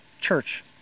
church